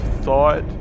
thought